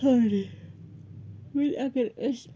ژھانٛڈٕنۍ وٕنۍ اَگر أسۍ